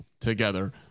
together